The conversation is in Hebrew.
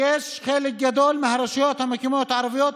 חלק גדול מהרשויות המקומיות הערביות